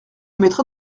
mettrez